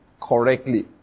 correctly